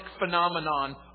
phenomenon